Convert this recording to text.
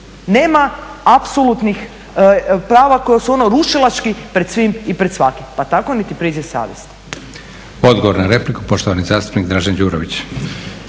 Nema apsolutnih prava koja su ono rušilački pred svim i pred svakim pa tako niti priziv savjesti. **Leko, Josip (SDP)** Odgovor na repliku poštovani zastupnik Dražen Đurović.